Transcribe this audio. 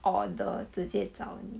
order 直接找你